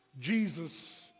Jesus